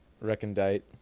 Recondite